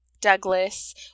Douglas